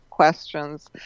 Questions